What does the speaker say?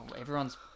Everyone's